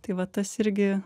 tai va tas irgi